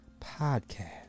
podcast